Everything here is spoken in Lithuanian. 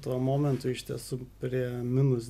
tuo momentu iš tiesų prie minus